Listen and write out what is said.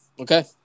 okay